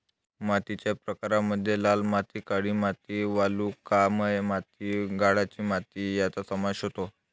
मातीच्या प्रकारांमध्ये लाल माती, काळी माती, वालुकामय माती, गाळाची माती यांचा समावेश होतो